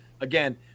again